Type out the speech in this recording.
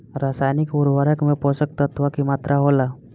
रसायनिक उर्वरक में पोषक तत्व की मात्रा होला?